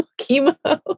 chemo